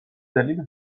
دلیل